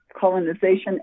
colonization